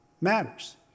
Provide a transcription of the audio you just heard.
matters